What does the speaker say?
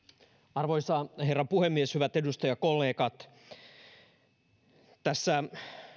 arvoisa herra puhemies hyvät edustajakollegat tässä